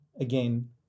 again